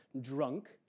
drunk